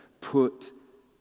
Put